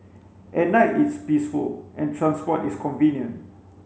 at night it's peaceful and transport is convenient